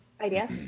idea